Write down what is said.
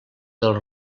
del